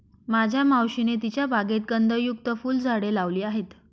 माझ्या मावशीने तिच्या बागेत कंदयुक्त फुलझाडे लावली आहेत